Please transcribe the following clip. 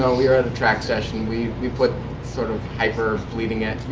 ah we were at a track session, we we put sort of hyper bleeding-edge,